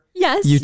Yes